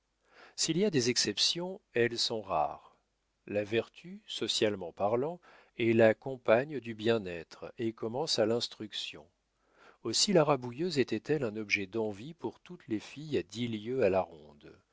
s'il y a des exceptions elles sont rares la vertu socialement parlant est la compagne du bien-être et commence à l'instruction aussi la rabouilleuse était-elle un objet d'envie pour toutes les filles à dix lieues à la ronde